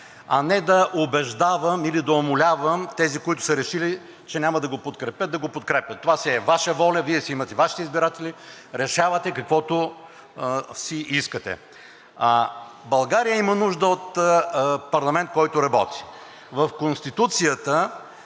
а не да убеждавам или да умолявам тези, които са решили, че няма да го подкрепят, да го подкрепят. Това си е Ваша воля, Вие си имате Вашите избиратели, решавате каквото си искате. България има нужда от парламент, който работи. В Конституцията